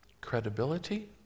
credibility